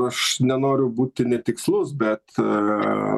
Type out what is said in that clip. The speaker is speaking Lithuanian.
aš nenoriu būti netikslus bet